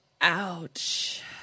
Ouch